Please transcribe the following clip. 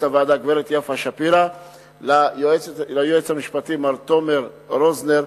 הוועדה גברת יפה שפירא וליועץ המשפטי מר תומר רוזנר,